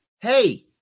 hey